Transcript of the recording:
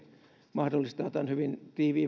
mahdollistaa tämän hyvin tiiviin